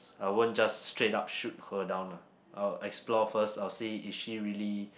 I won't just straight up shoot her down lah I'll explore first I'll see is she really